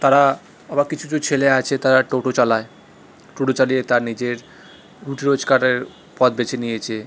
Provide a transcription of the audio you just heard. তারা আবাক কিছু কিছু ছেলে আছে তারা টোটো চালায় টোটো চালিয়ে তার নিজের রুটি রোজগারের পথ বেছে নিয়েছে